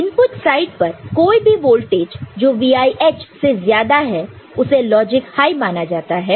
input side पर कोई भी वोल्टेज जो VIHसे ज्यादा है उसे लॉजिक हाई माना जाता है